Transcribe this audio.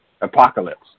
Apocalypse